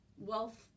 wealth